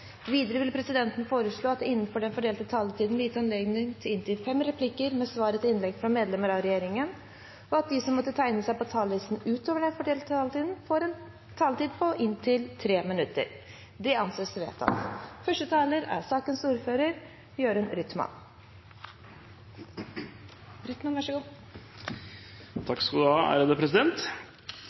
Videre vil presidenten foreslå at det – innenfor den fordelte taletid – blir gitt anledning til replikkordskifte på inntil fem replikker med svar etter innlegg fra medlemmer av regjeringen, og at de som måtte tegne seg på talerlisten utover den fordelte taletid, får en taletid på inntil 3 minutter. – Det anses vedtatt. Viljen til omkamper er